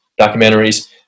documentaries